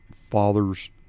fathers